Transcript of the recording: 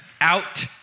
out